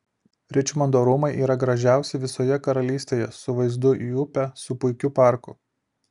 ričmondo rūmai yra gražiausi visoje karalystėje su vaizdu į upę su puikiu parku